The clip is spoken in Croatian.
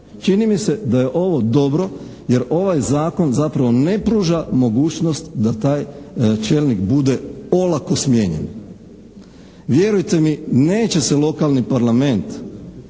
Čini mi se da je ovo dobro jer ovaj Zakon zapravo ne pruža mogućnost da taj čelnik bude olako smijenjen. Vjerujte mi, neće se lokalni parlament